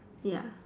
ya